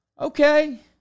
Okay